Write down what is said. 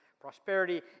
prosperity